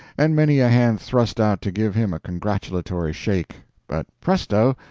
and many a hand thrust out to give him a congratulatory shake but presto!